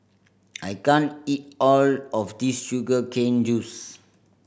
I can't eat all of this sugar cane juice